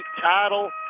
title